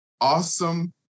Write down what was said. awesome